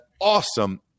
awesome